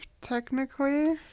technically